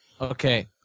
Okay